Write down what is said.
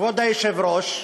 כבוד היושב-ראש,